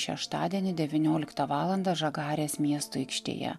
šeštadienį devynioliktą valandą žagarės miesto aikštėje